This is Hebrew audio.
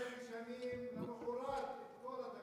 אתם משנים למחרת את כל התקציב.